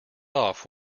off